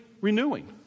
renewing